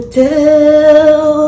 tell